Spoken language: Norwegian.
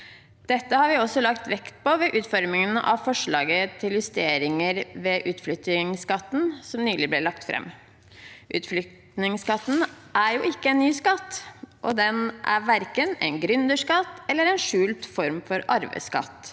Dette har vi også lagt vekt på ved utformingen av forslaget til justeringer ved utflyttingsskatten, som nylig ble lagt fram. Utflyttingsskatten er ikke en ny skatt, og den er verken en gründerskatt eller en skjult form for arveskatt.